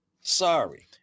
sorry